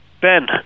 Ben